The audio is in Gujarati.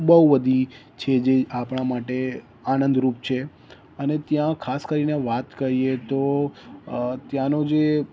બહુ બધી છે જે આપણા માટે આનંદરૂપ છે અને ત્યાં ખાસ કરી ને વાત કરીએ તો ત્યાંનો જે